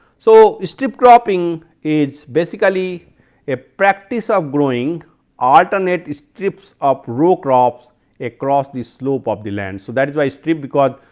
so, strip cropping is basically a practice of growing alternate strips of row crops across the slope of the land. so, that is why strip because,